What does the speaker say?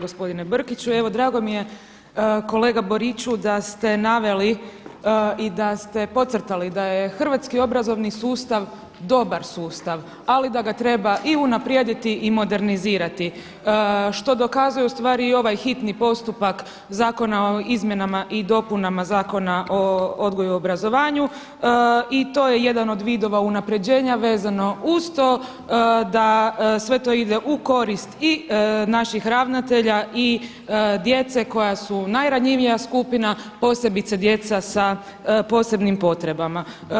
Gospodine Brkić, drago mi je kolega Boriću da ste naveli i da ste podcrtali da je hrvatski obrazovni sustav dobar sustav ali da ga treba i unaprijediti i modernizirati što dokazuje ustvari i ovaj hitni postupak Zakona o izmjenama i dopunama Zakona o odgoju i obrazovanju, i to je jedan od vidova unapređenja vezano uz to da sve to ide u korist i naših ravnatelja i djece koja su najranjivija skupina, posebice djeca sa posebnim potrebama.